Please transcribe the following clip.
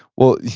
well,